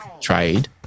trade